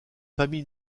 famille